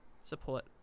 support